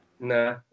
Nah